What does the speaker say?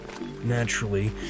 Naturally